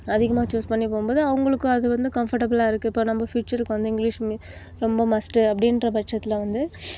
அதிகமாக ச்சூஸ் பண்ணி போகும்போது அவங்களுக்கு அது வந்து கம்ஃபர்டபுலாக இருக்குது இப்போ நம்ம பியூச்சருக்கு வந்து இங்கிலிஷ் மீடியம் ரொம்ப மஸ்ட் அப்படின்றப்பட்சத்துல வந்து